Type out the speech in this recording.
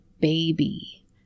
baby